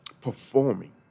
Performing